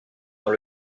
dans